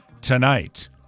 tonight